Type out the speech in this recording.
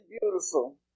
beautiful